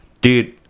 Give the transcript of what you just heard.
Dude